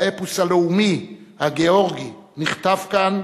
האפוס הלאומי הגאורגי נכתב כאן,